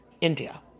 India